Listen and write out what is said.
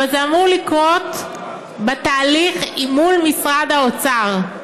אבל זה אמור לקרות בתהליך מול משרד האוצר,